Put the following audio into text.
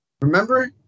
remember